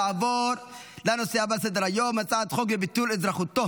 נעבור לנושא הבא על סדר-היום: הצעת חוק לביטול אזרחותו